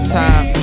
time